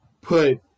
put